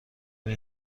این